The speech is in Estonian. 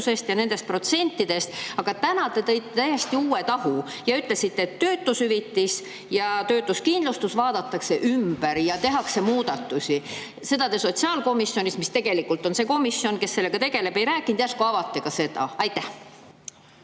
ja selle protsentidest, aga täna te tõite välja täiesti uue tahu ja ütlesite, et töötushüvitis ja töötuskindlustus vaadatakse ümber ja nendes tehakse muudatusi. Seda te sotsiaalkomisjonis, mis tegelikult on komisjon, kes sellega tegeleb, ei rääkinud. Järsku avate ka seda. Jaa,